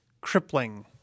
crippling